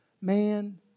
man